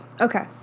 Okay